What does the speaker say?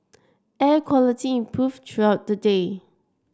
air quality improved throughout the day